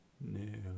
no